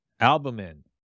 Albumin